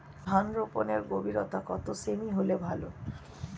ধান রোপনের গভীরতা কত সেমি হলে ভালো?